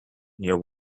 near